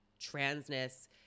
transness